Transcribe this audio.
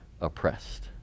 oppressed